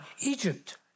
Egypt